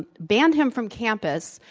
and banned him from campus,